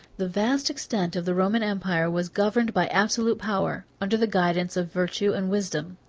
the vast extent of the roman empire was governed by absolute power, under the guidance of virtue and wisdom.